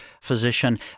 physician